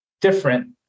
different